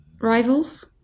rivals